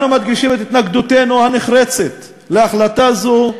אנו מדגישים את התנגדותנו הנחרצת להחלטה זו,